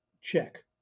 check